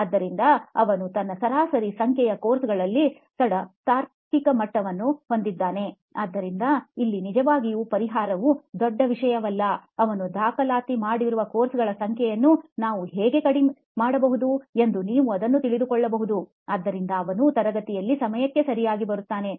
ಆದ್ದರಿಂದ ಅವನು ತನ್ನ ಸರಾಸರಿ ಸಂಖ್ಯೆಯ ಕೋರ್ಸ್ಗಳಲ್ಲಿ ತಡ ತಾರ್ಕಿಕ ಮಟ್ಟವನ್ನು ಹೊಂದಿರುತ್ತಾನೆ ಆದ್ದರಿಂದ ಇಲ್ಲಿ ನಿಜವಾಗಿಯೂ ಪರಿಹಾರವು ದೊಡ್ಡ ವಿಷಯವಲ್ಲ ಅವನು ದಾಖಲಾತಿ ಮಾಡುವ ಕೋರ್ಸ್ಗಳ ಸಂಖ್ಯೆಯನ್ನು ನಾವು ಹೇಗೆ ಕಡಿಮೆಗೊಳಿಸಬಹುದು ಎಂದು ನೀವು ಅದನ್ನು ತಿಳಿದುಕೊಳ್ಳಬಹುದು ಇದರಿಂದ ಅವನು ತರಗತಿಯಲ್ಲಿ ಸಮಯಕ್ಕೆ ಸರಿಯಾಗಿ ಬರುತ್ತಾನೆ